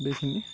बेखिनि